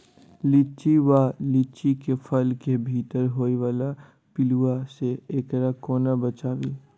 लिच्ची वा लीची केँ फल केँ भीतर होइ वला पिलुआ सऽ एकरा कोना बचाबी?